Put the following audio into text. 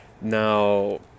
Now